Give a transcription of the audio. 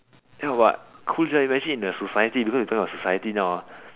ya but cool sia imagine in the society because we are talking about society now ah